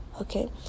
Okay